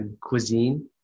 cuisine